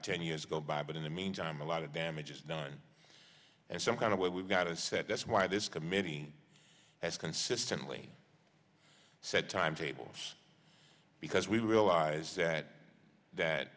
ten years go by but in the meantime a lot of damage is done and some kind of way we've got a set that's why this committee has consistently set timetables because we realize that that